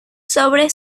sobre